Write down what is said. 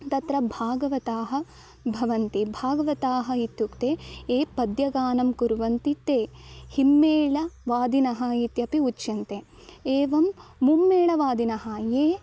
तत्र भागवताः भवन्ति भागवताः इत्युक्ते ये पद्यगानं कुर्वन्ति ते हिम्मेळवादिनः इत्यपि उच्यन्ते एवं मुम्मेळवादिनः ये